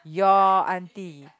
your aunty